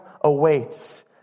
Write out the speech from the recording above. awaits